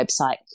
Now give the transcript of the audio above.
website